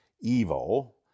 evil